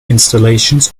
installations